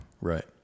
Right